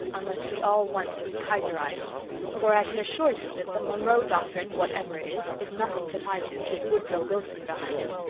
unless we all want to be kaiserised for i can assure you that the monroe doctrine, whatever it is, is nothing to tie to, with woodrow wilson behind it.